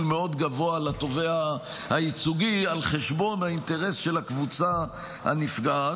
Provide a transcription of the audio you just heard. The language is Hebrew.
גבוה מאוד לתובע הייצוגי על חשבון האינטרס של הקבוצה הנפגעת.